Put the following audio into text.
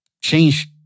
change